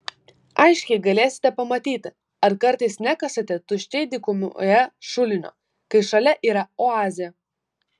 aiškiai galėsite pamatyti ar kartais nekasate tuščiai dykumoje šulinio kai šalia yra oazė